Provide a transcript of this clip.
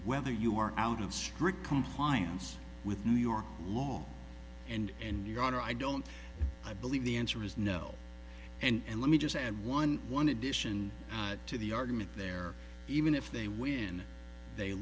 whether you are out of strict compliance with new york law and your honor i don't i believe the answer is no and let me just add one one addition to the argument there even if they win they